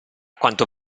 quanto